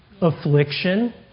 Affliction